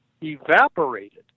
evaporated